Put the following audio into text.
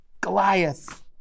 Goliath